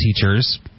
teachers